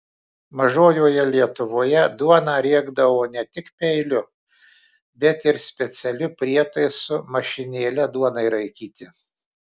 mažojoje lietuvoje duoną riekdavo ne tik peiliu bet ir specialiu prietaisu mašinėle duonai raikyti